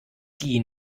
die